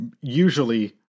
Usually